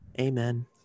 Amen